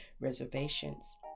reservations